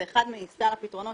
זה אחד מסל הפתרונות